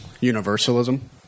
universalism